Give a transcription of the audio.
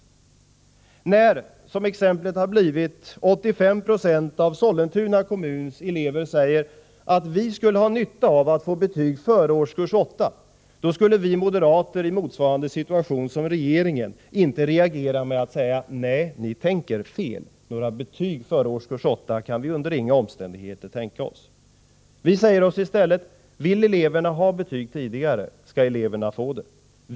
Ett exempel på hur det har blivit: 85 70 av Sollentuna kommuns elever anser att de skulle ha nytta av att få betyg före årskurs 8. Vi moderater skulle i motsvarande situation som regeringen inte reagera med ett ”Nej, ni tänker fel. Några betyg före årskurs 8 kan vi inte under några omständigheter tänka oss.” Vill eleverna ha betyg tidigare skall eleverna få det.